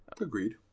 Agreed